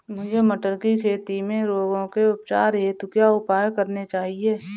मुझे मटर की खेती में रोगों के उपचार हेतु क्या उपाय करने चाहिए?